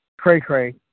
cray-cray